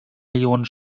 millionen